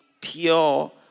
pure